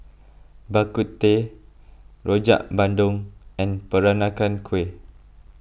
Bak Kut Teh Rojak Bandung and Peranakan Kueh